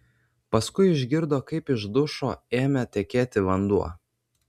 paskui išgirdo kaip iš dušo ėmė tekėti vanduo